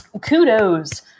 kudos